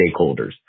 stakeholders